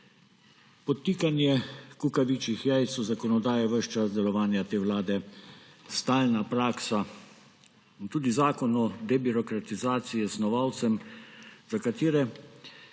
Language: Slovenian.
Podtikanje kukavičjih jajc v zakonodajo ves čas delovanja te vlade je stalna praksa in tudi zakon o debirokratizaciji je snovalcem, za katere